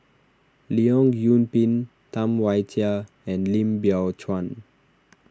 Leong Yoon Pin Tam Wai Jia and Lim Biow Chuan